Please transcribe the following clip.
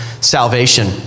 salvation